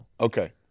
Okay